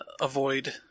avoid